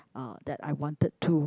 uh that I wanted to